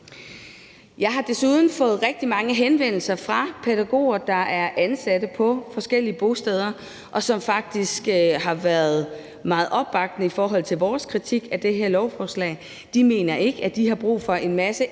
Jeg har desuden fået rigtig mange henvendelser fra pædagoger, som er ansat på forskellige bosteder, og som faktisk har været meget opbakkende i forhold til vores kritik af det her lovforslag. De mener ikke, at de har brug for en masse ekstra